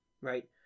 right